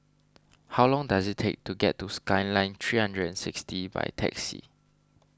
how long does it take to get to Skyline three hundred and sixty by taxi